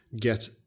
get